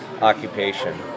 occupation